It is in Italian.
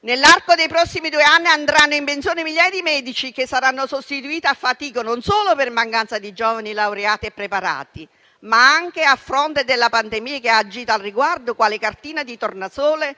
nell'arco dei prossimi due anni andranno in pensione migliaia di medici che saranno sostituiti a fatica, e non solo per mancanza di giovani laureati e preparati, ma anche a fronte della pandemia che ha agito al riguardo quale cartina di tornasole,